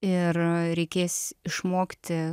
ir reikės išmokti